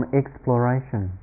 exploration